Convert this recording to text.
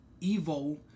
Evil